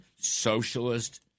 socialist